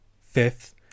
Fifth